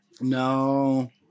No